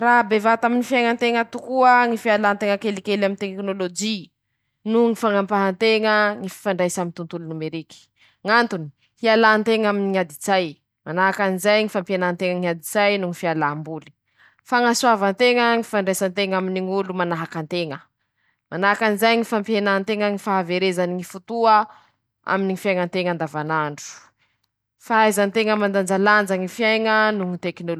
Laha zaho ro mahare tampoky, fa hanam-bahiny aho, nefa an-tsasany avao, antsasa-dera avao ñ'anañako iketrehako sakafo hariva :-Miketriky aho hany noho laaoky mora masaky, manahaky anizay ñy fiketrehako hena ritsy, asiako ro mazava kimalao, na miketriky potikena aminy legimy aho, na miketriky aho potikena aminy poivron ;vita ñ'androany, masaky.